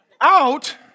Out